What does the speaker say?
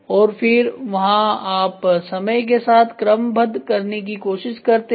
और फिर वहां आप समय के साथ क्रमबद्ध करने की कोशिश करते हैं